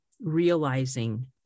realizing